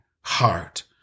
heart